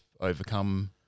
overcome